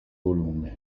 volume